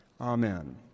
Amen